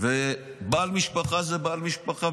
בעל משפחה זה בעל משפחה,